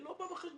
לא בא חשבון.